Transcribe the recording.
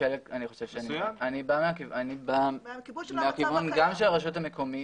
אני בא גם מהכיוון של הרשות המקומית,